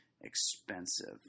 expensive